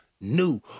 new